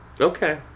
Okay